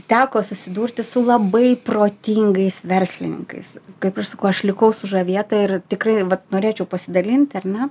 teko susidurti su labai protingais verslininkais kaip aš sakau aš likau sužavėta ir tikrai norėčiau pasidalinti ar ne